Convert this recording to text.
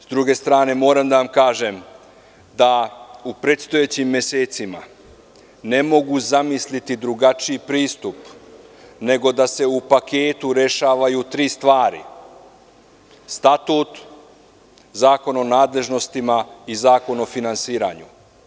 S druge strane moram da vam kažem da u predstojećim mesecima ne mogu zamisliti drugačiji pristup nego da se u paketu rešavaju tri stvari: Statut, Zakon o nadležnostima i Zakon o finansiranju.